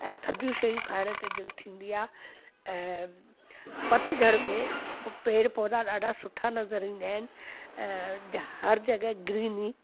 ऐं थदियूं शयूं खाइण ते दिलि थींदी आहे ऐं पतझड़ में प पेड़ पौधा ॾाढा सुठा नज़र ईंदा आहिनि ऐं हर जॻह ग्रीनरी